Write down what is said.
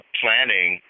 planning